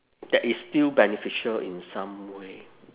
that is still beneficial in some way